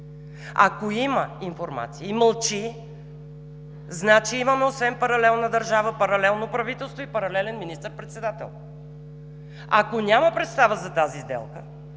Ако има информация и мълчи, значи освен паралелна държава, имаме паралелно правителство и паралелен министър-председател. Ако няма представа за тази сделка,